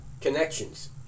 Connections